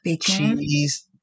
cheese